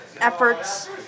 efforts